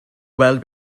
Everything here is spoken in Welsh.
weld